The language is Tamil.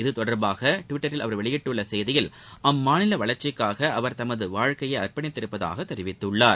இத்தொடர்பாக டிவிட்டரில் அவர் வெளியிட்டுள்ள செய்தியில் அம்மாநில வளர்ச்சிக்காக அவர் தமது வாழ்க்கையை அர்ப்பணித்துள்ளதாக கூறியுள்ளார்